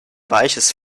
weiches